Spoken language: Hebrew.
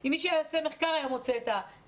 אם מישהו היה עושה מחקר הוא היה מוצא את התשובה,